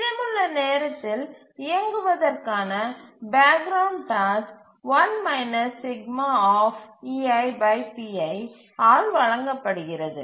மீதமுள்ள நேரத்தில் background இயங்குவதற்கான பேக் கிரவுண்ட் டாஸ்க் ஆல் வழங்கப்படுகிறது